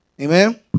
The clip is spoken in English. Amen